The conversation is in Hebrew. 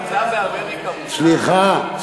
סליחה.